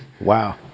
wow